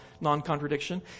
non-contradiction